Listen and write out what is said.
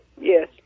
Yes